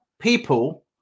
people